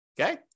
okay